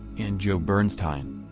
and joe bernstein.